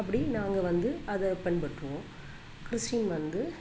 அப்படி நாங்கள் வந்து அதை பின்பற்றுவோம் கிறிஸ்ட்டின் வந்து